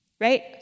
right